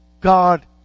God